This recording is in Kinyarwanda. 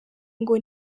ngo